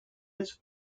its